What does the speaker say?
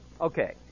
okay